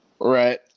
Right